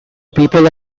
people